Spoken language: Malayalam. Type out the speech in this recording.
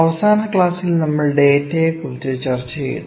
അവസാന ക്ലാസിൽ നമ്മൾ ഡാറ്റയെക്കുറിച്ച് ചർച്ച ചെയ്തു